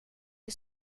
est